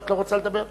את לא רוצה לדבר?